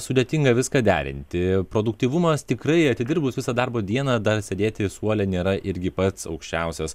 sudėtinga viską derinti produktyvumas tikrai atidirbus visą darbo dieną dar sėdėti suole nėra irgi pats aukščiausias